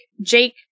Jake